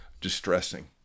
distressing